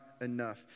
enough